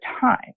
time